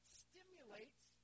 stimulates